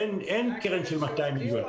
אין קרן של 200 מיליון.